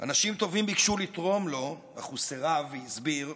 אנשים טובים ביקשו לתרום לו, אך הוא סירב והסביר,